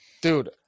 Dude